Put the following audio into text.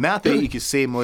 metai iki seimo